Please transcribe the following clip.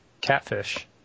Catfish